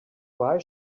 why